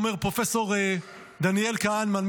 אומר פרופ' דניאל כהנמן,